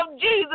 Jesus